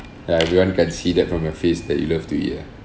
ya everyone can see that from your face that you love to eat ah